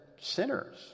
sinners